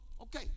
okay